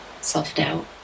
self-doubt